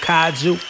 Kaiju